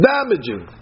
Damaging